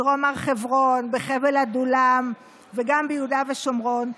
בדרום הר חברון, בחבל עדולם וגם ביהודה ושומרון.